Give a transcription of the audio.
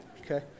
okay